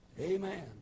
Amen